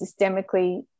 systemically